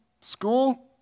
school